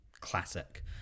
classic